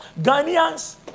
Ghanian's